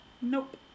Nope